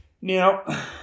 Now